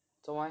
做什么 leh